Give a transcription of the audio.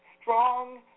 strong